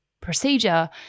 procedure